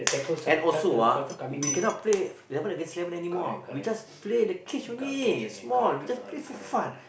and also ah we cannot play eleven against eleven anymore we just play in the cage only small we just play for fun